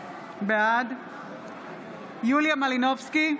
בעד יוליה מלינובסקי,